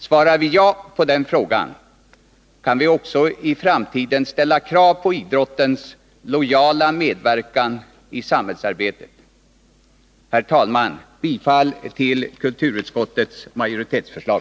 Svarar vi ja på den frågan kan vi också i framtiden ställa krav på idrottens lojala medverkan i samhällsarbetet. Herr talman! Jag yrkar bifall till kulturutskottets majoritets förslag.